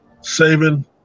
saving